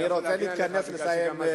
אני רוצה לסיים את